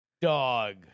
Dog